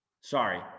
Sorry